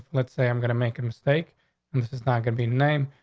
let's say i'm gonna make a mistake and this is not gonna be name.